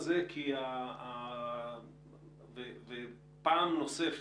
הזה היו צריכים לשפות כי הם לא שילמו,